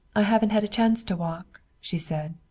i haven't had a chance to walk, she said.